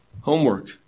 homework